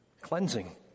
cleansing